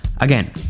Again